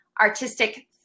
artistic